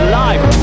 life